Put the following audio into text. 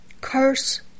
curse